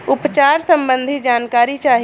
उपचार सबंधी जानकारी चाही?